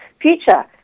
future